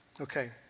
Okay